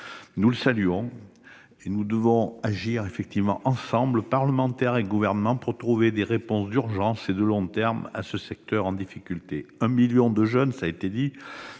nous saluons ; nous devons agir ensemble, parlementaires et Gouvernement, pour trouver des réponses d'urgence comme de long terme à ce secteur en difficulté. Un million de jeunes sont